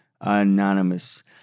Anonymous